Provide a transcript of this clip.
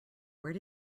where